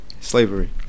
Slavery